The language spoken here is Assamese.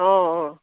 অঁ অঁ